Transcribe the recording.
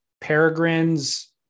Peregrine's